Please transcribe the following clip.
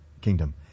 kingdom